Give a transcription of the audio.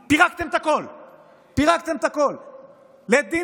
אתם שברתם פה כבר כל כלל אפשרי,